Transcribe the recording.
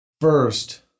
First